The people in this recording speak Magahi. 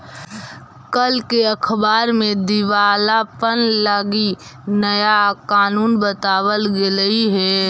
कल के अखबार में दिवालापन लागी नया कानून बताबल गेलई हे